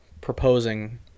proposing